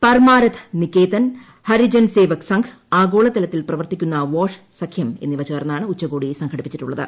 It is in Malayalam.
പർമാരത് നികേതൻ ഹരിജൻ സേവക് സംഘ് ആഗോള തലത്തിൽ പ്രവർത്തിക്കുന്നു വാഷ് സഖ്യം എന്നിവ ചേർന്നാണ് ഉച്ചകോടി സംഘടിപ്പിച്ചിട്ടുള്ളത്